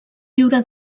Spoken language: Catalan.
viure